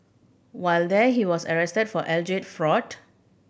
while there he was arrested for alleged fraud